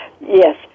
Yes